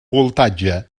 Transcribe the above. voltatge